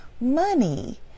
money